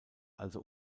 also